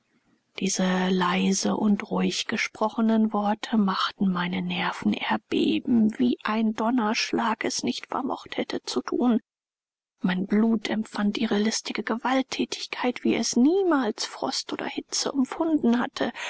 diese leise und ruhig gesprochenen worte machten meine nerven erbeben wie ein donnerschlag es nicht vermocht hätte zu thun mein blut empfand ihre listige gewaltthätigkeit wie es niemals frost oder hitze empfunden hatte